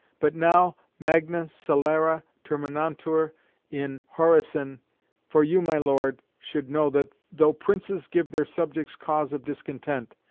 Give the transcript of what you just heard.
but now magna scelera terminantur in haeresin for you, my lord, should know that though princes give their subjects cause of discontent,